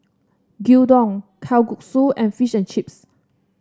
Gyudon Kalguksu and Fish and Chips